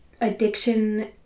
addiction